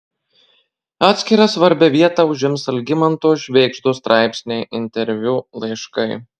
atskirą svarbią vietą užims algimanto švėgždos straipsniai interviu laiškai